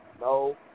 No